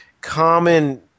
common